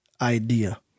idea